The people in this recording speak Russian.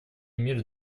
мир